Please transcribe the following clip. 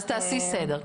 אז תעשי סדר.